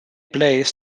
plays